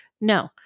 No